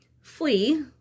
flee